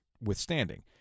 withstanding